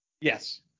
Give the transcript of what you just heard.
Yes